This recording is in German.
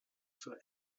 zur